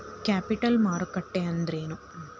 Capital ಮಾರುಕಟ್ಟಿ ಅಂದ್ರೇನ?